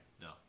No